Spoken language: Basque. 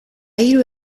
hiru